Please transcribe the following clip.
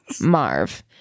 Marv